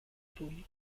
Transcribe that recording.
paume